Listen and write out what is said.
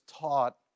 taught